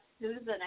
Susan